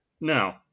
No